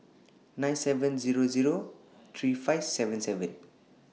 nine seven Zero Zero three five seven seven